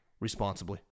responsibly